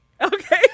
Okay